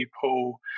people